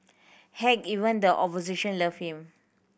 heck even the opposition loved him